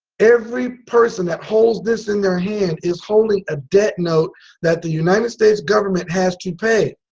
every person that holds this in their hand is holding a debt note that the united states government has to pay.